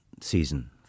season